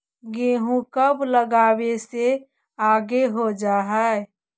गेहूं कब लगावे से आगे हो जाई?